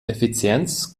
effizienz